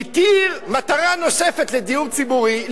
התיר מטרה נוספת: לדיור ציבורי,